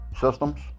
systems